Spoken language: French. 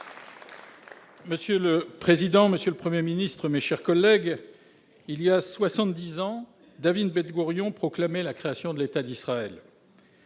Monsieur le président, monsieur le Premier ministre, mes chers collègues, il y a soixante-dix ans, David Ben Gourion proclamait la création de l'État d'Israël.